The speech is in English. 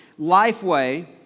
Lifeway